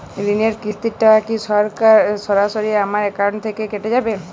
ঋণের কিস্তির টাকা কি সরাসরি আমার অ্যাকাউন্ট থেকে কেটে যাবে?